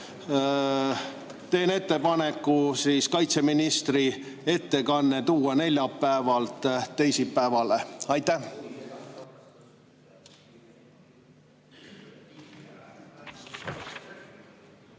teen ettepaneku kaitseministri ettekanne tuua neljapäevalt teisipäevale. Aitäh!